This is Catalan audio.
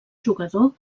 jugador